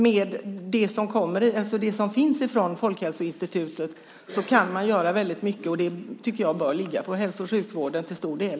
Med det som finns från Folkhälsoinstitutet kan man göra väldigt mycket. Det tycker jag bör ligga på hälso och sjukvården till stor del.